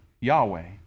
Yahweh